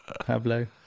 Pablo